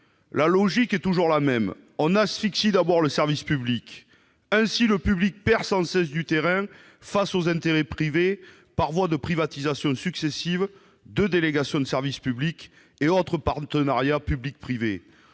La logique est toujours la même : on asphyxie d'abord le service public. Ainsi, il perd sans cesse du terrain face aux intérêts privés par l'intermédiaire de privatisations successives, de délégations de service public et autres partenariats public-privé.